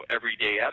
Everyday